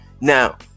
Now